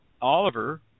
Oliver